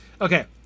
Okay